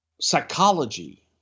psychology